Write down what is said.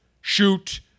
shoot